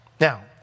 Now